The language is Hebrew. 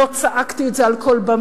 לא צעקתי את זה על כל הבמות,